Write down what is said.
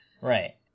Right